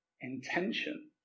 intention